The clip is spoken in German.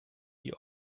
die